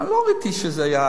לא ראיתי שזה היה